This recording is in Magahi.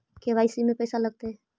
के.वाई.सी में पैसा लगतै?